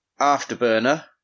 Afterburner